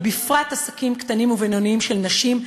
ובפרט עסקים קטנים ובינוניים של נשים.